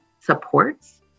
supports